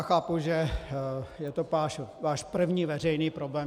Chápu že, je to váš první veřejný problém.